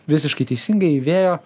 visiškai teisingai vėjo